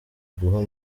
guha